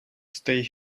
stay